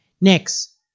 Next